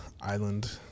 island